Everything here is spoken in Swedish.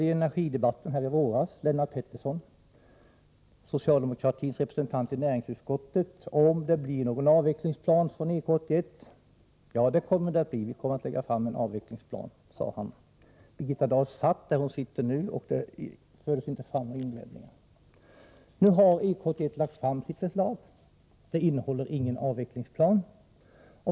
I energidebatten här i våras frågade jag Lennart Pettersson, socialdemokratisk representant i näringsutskottet, om det blir någon avvecklingsplan från EK 81. Ja, vi kommer att lägga fram en avvecklingsplan, sade han. Birgitta Dahl satt där hon sitter nu och gjorde inga invändningar. Nu har EK 81 lagt fram sitt förslag. Det innehåller ingen avvecklingsplan.